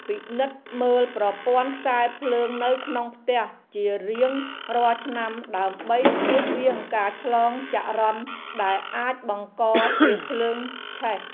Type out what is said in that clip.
ពិនិត្យមើលប្រព័ន្ធខ្សែភ្លើងនៅក្នុងផ្ទះជារៀងរាល់ឆ្នាំដើម្បីជៀសវាងការឆ្លងចរន្តដែលអាចបង្កជាភ្លើងឆេះ។